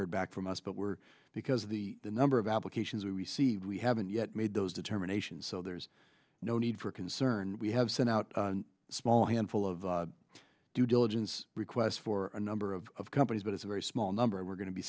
heard back from us but we're because of the number of applications we receive we haven't yet made those determinations so there's no need for concern we have sent out a small handful of due diligence requests for a number of companies but it's a very small number and we're going to be